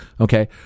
okay